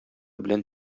белән